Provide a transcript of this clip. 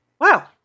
Wow